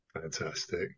fantastic